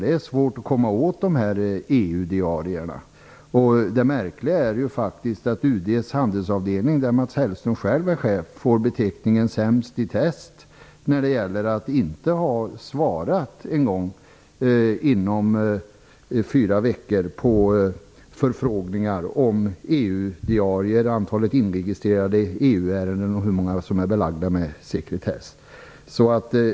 Det är svårt att komma åt EU-diarierna, och det märkliga är att UD:s handelsavdelning, där Mats Hellström själv är chef, får beteckningen "sämst i test" när det gäller att inte ens ha svarat inom fyra veckor på förfrågningar om EU-diarier, antalet inregistrerade EU-ärenden och hur många som är belagda med sekretess.